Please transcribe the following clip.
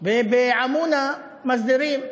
ובעמונה מסדירים?